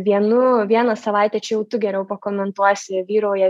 vienų vieną savaitę čia jau tu geriau pakomentuosi vyrauja